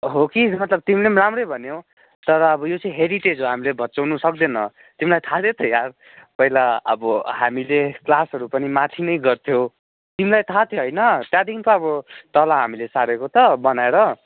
हो कि मतलब तिमीले पनि राम्रै भन्यौ तर अब यो चाहिँ हेरिटेज हो हामीले भँचाउन सक्दैन तिमीलाई थाह नै छ यार पहिला अब हामीले क्लासहरू पनि माथि नै गर्थ्यौँ तिमीलाई थाह थियो होइन त्यहाँदेखि त अब तल हामीले सारेको त बनाएर